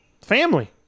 family